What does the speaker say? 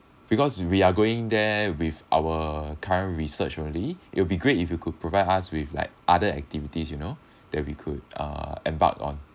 because we are going there with our current research only it will be great if you could provide us with like other activities you know that we could uh embarked on